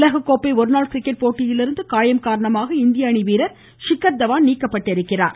உலககோப்பை ஒருநாள் கிரிக்கெட் போட்டியிலிருந்து காயம் காரணமாக இந்திய அணி வீரர் ஷிக்கர் தவான் நீக்கப்பட்டுள்ளார்